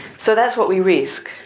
so that's what we risk,